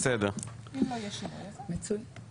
עכשיו ההרכב בסדר, כן אוקי בסדר.